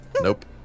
Nope